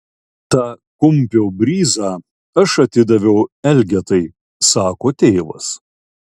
tą kumpio bryzą aš atidaviau elgetai sako tėvas